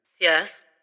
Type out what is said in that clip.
Yes